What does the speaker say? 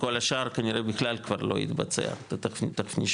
וכל השאר, כנראה, בכלל כבר לא התבצע, תיכף נשמע.